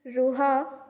ରୁହ